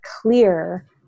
clear